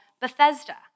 Bethesda